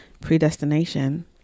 predestination